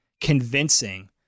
convincing